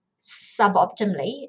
suboptimally